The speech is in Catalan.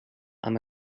amb